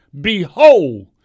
Behold